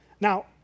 Now